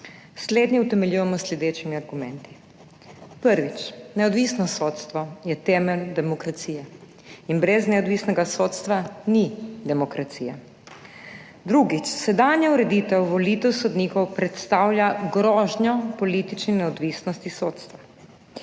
Slednje utemeljujemo z naslednjimi argumenti. Prvič. Neodvisno sodstvo je temelj demokracije in brez neodvisnega sodstva ni demokracije. Drugič. Sedanja ureditev volitev sodnikov predstavlja grožnjo politični neodvisnosti sodstva.